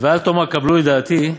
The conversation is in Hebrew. ואל תאמר קבלו דעתי,